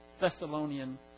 Thessalonian